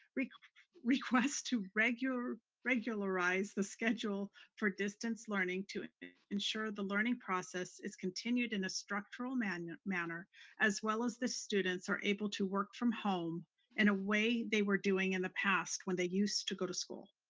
request request to regularize regularize the schedule for distance learning to ensure the learning process is continued in a structural manner, as well as the students are able to work from home in a way they were doing in the past, when they used to go to school.